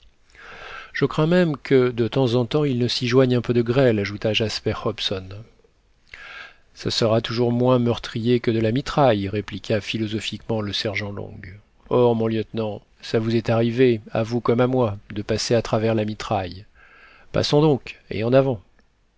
je crains même que de temps en temps il ne s'y joigne un peu de grêle ajouta jasper hobson ce sera toujours moins meurtrier que de la mitraille répliqua philosophiquement le sergent long or mon lieutenant ça vous est arrivé à vous comme à moi de passer à travers la mitraille passons donc et en avant